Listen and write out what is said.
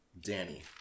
Danny